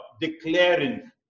declaring